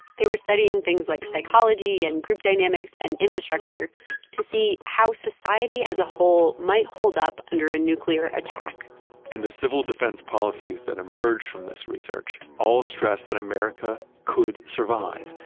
they were studying things like psychology and group dynamics and infrastructure to see how society as a whole might hold up under a nuclear attack and the civil defense policies that emerged from this research all stressed that america could survive,